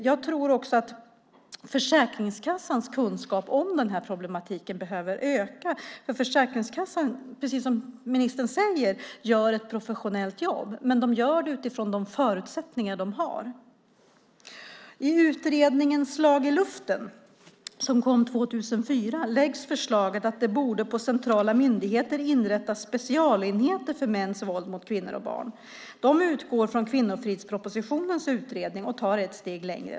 Jag tror att Försäkringskassans kunskap om denna problematik behöver öka. Som ministern säger gör Försäkringskassan ett professionellt jobb, men de gör det utifrån de förutsättningar de har. I utredningen Slag i luften , som kom 2004, framläggs förslaget att det vid centrala myndigheter borde inrättas specialenheter för mäns våld mot kvinnor och barn. De utgår från Kvinnofridspropositionens utredning och går ett steg längre.